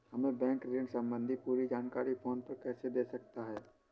हमें बैंक ऋण संबंधी पूरी जानकारी फोन पर कैसे दे सकता है?